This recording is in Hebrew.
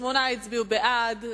שמונה הצביעו בעד,